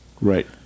Right